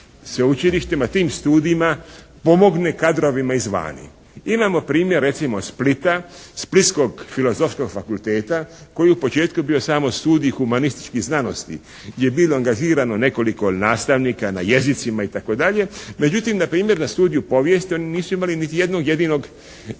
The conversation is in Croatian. tim studijima pomogne kadrovima izvana. Imamo primjer recimo Splita, Splitskog filozofskog fakulteta koji je u početku bio samo studij humanističkih znanosti gdje je bilo angažirano nekoliko nastavnika na jezicima itd., međutim na primjer na studiju povijesti oni nisu imali niti jednog jedinog